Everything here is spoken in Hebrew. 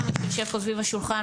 גם כל מי שיושב פה סביב השולחן,